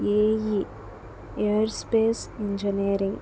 ae air space engineering